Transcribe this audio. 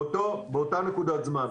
באותה נקודת זמן.